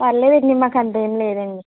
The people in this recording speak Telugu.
పర్లేదండి మాకు అంత ఏం లేదండి